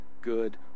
good